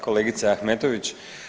Kolegice Ahmetović.